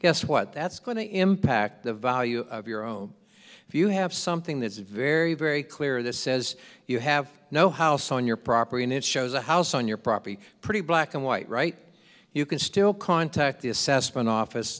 guess what that's going to impact the value of your own if you have something that's very very clear that says you have no house on your property and it shows a house on your property pretty black and white right you can still contact the assessment office